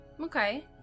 Okay